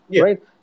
Right